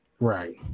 right